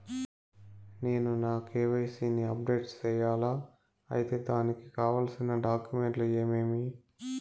నేను నా కె.వై.సి ని అప్డేట్ సేయాలా? అయితే దానికి కావాల్సిన డాక్యుమెంట్లు ఏమేమీ?